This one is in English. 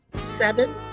Seven